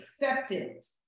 acceptance